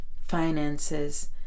finances